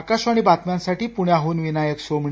आकाशवाणी बातम्यांसाठी पुण्याहून विनायक सोमणी